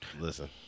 Listen